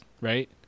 Right